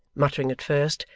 muttering at first,